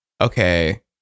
okay